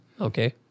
Okay